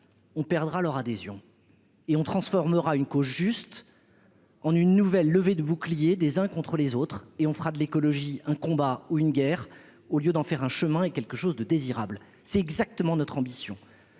on perdra leur adhésion et on transformera une cause juste en une nouvelle levée de boucliers des uns contre les autres et on fera de l'écologie, un combat ou une guerre au lieu d'en faire un chemin et quelque chose de désirable c'est exactement notre ambition